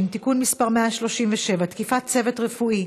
(תיקון מס' 137) (תקיפת צוות רפואי),